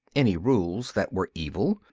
any rules that were evil,